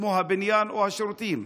כמו בניין ושירותים,